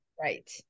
Right